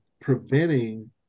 preventing